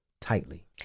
tightly